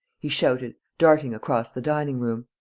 he shouted, darting across the dining room.